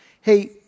hey